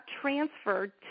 transferred